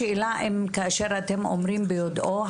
השאלה אם כאשר אתם אומרים ביודעו,